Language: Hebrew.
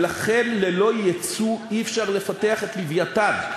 ולכן ללא יצוא אי-אפשר לפתח את "לווייתן".